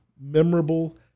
memorable